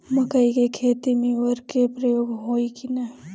मकई के खेती में उर्वरक के प्रयोग होई की ना?